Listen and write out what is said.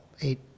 eight